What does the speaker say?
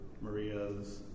Maria's